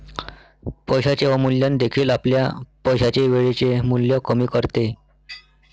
पैशाचे अवमूल्यन देखील आपल्या पैशाचे वेळेचे मूल्य कमी करते